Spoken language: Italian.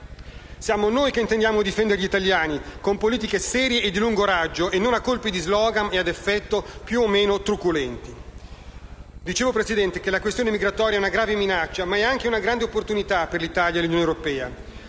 Siamo noi che intendiamo difendere gli italiani, con politiche serie e di lungo raggio e non a colpi di *slogan* ad effetto più o meno truculenti. Come dicevo, signor Presidente, la questione migratoria è una grave minaccia, ma anche una grande opportunità per l'Italia e l'Unione europea: